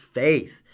faith